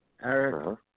Eric